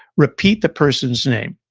repeat the person's name.